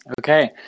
Okay